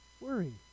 worry